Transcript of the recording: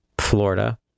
Florida